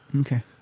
Okay